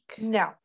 No